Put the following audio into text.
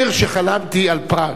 שחלמתי על פראג.